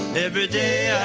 every day. i